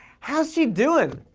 how's she doin'?